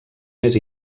més